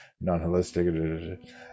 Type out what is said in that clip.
Non-holistic